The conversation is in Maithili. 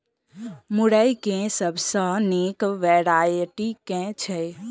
मुरई केँ सबसँ निक वैरायटी केँ छै?